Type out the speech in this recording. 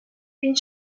une